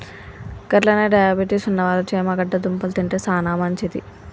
గట్లనే డయాబెటిస్ ఉన్నవాళ్ళు చేమగడ్డ దుంపలు తింటే సానా మంచిది